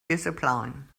discipline